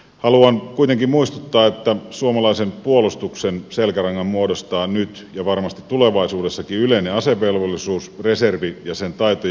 haluan kuitenkin muistuttaa että suomalaisen puolustuksen selkärangan muodostavat nyt ja varmasti tulevaisuudessakin yleinen asevelvollisuus reservi ja sen taitojen ylläpitäminen